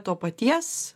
to paties